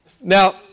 Now